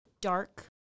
dark